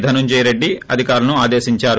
ధనుంజయ రెడ్డి అధికారులను ఆదేశించారు